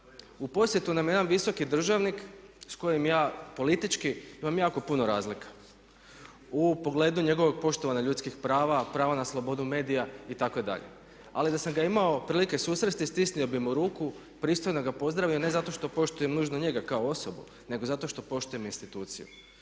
U posjetu nam je jedan visoki državnik s kojim ja politički imam jako puno razlika u pogledu njegovog poštovanja ljudskih prava, prava na slobodu medija itd. ali da sam ga imao prilike susresti, stisnuo bi mu ruku, pristojno ga pozdravio ne zato što poštujem nužno njega kao osobu nego zato što poštujem instituciju.